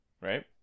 Right